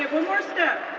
more step,